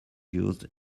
used